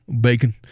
bacon